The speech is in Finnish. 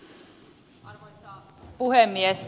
arvoisa puhemies